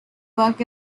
work